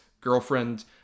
girlfriend